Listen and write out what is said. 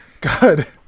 God